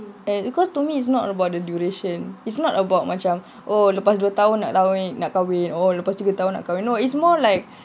because to me it's not about the duration is not about macam oh lepas dua tahun nak kahwin oh lepas tiga tahun nak kahwin no it's more like